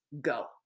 go